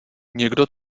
někdo